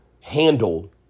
handle